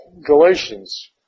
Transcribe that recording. Galatians